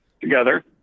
together